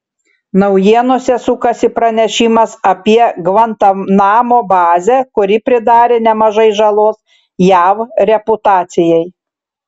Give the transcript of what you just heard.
naujienose sukasi pranešimas apie gvantanamo bazę kuri pridarė nemažai žalos jav reputacijai